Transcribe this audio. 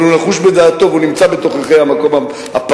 אבל הוא נחוש בדעתו והוא נמצא בתוככי המקום הפרוע,